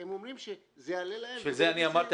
הם אומרים שזה יעלה להם --- בשביל זה אני אמרתי,